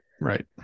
Right